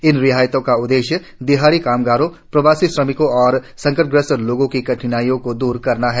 इन रियायतों का उद्देश्य दिहाड़ी कामगारों प्रवासी श्रमिकों और संकटग्रस्त लोगों की कठिनाई को दूर करना है